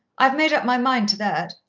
i've made up my mind to that.